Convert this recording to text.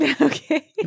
Okay